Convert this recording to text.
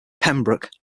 pembroke